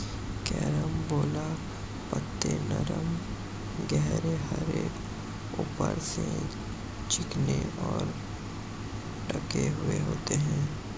carambola पत्ते नरम गहरे हरे ऊपर से चिकने और ढके हुए होते हैं